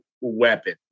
weapon